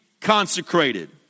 consecrated